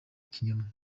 ikinyoma